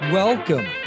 welcome